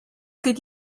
could